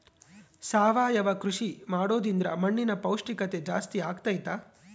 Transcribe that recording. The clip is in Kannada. ಸಾವಯವ ಕೃಷಿ ಮಾಡೋದ್ರಿಂದ ಮಣ್ಣಿನ ಪೌಷ್ಠಿಕತೆ ಜಾಸ್ತಿ ಆಗ್ತೈತಾ?